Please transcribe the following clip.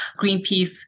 Greenpeace